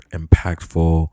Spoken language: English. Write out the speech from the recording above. impactful